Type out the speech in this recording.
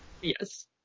Yes